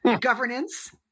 governance